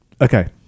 okay